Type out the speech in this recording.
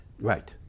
Right